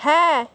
হ্যাঁ